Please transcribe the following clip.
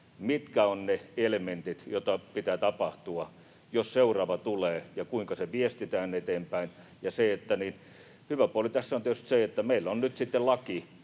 mitkä ovat ne elementit, joita pitää tapahtua, jos seuraava tulee, ja kuinka se viestitään eteenpäin. Hyvä puoli tässä on tietysti se, että meillä on nyt sitten laki,